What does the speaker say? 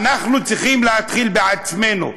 אנחנו צריכים להתחיל בעצמנו.